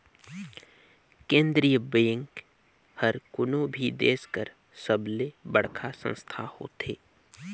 केंद्रीय बेंक हर कोनो भी देस कर सबले बड़खा संस्था होथे